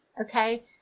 okay